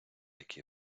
який